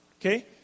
Okay